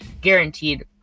guaranteed